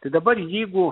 tai dabar jeigu